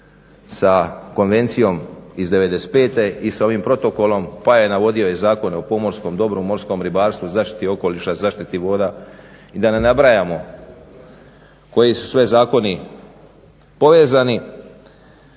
sa konvencijom iz '95.i sa ovim protokolom pa je navodio i Zakon o pomorskom dobru, morskom ribarstvu, zaštiti okoliša, zaštiti voda i da ne nabrajamo koji su sve zakoni povezani.